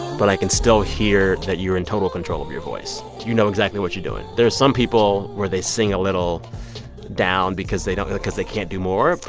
but i can still hear that you're in total control of your voice. you know exactly what you're doing. there are some people where they sing a little down because they don't cause they can't do more. but,